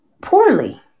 poorly